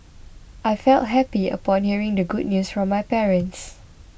I felt happy upon hearing the good news from my parents